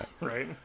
right